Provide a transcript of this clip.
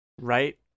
Right